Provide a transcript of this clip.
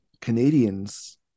Canadians